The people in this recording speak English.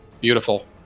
Beautiful